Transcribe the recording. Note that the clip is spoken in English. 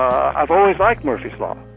i've always liked murphy's law,